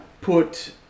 put